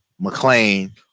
McLean